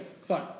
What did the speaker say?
fine